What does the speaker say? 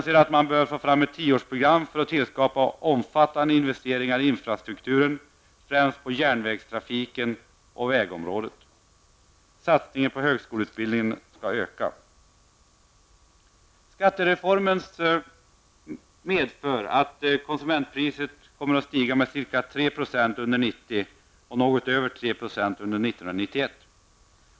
Ett tioårsprogram bör tillskapas för omfattande investeringar i infrastrukturen, främst på järnvägstrafikens område och på vägområdet. Satsningen på högskoleutbildningen skall öka. Skattereformen medför att konsumentpriserna kommer att stiga med ca 3 % under 1990, och något över 3 % under 1991.